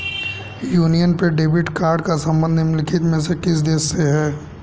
Union पे debit card का संबंध निम्नलिखित में से किस देश से है?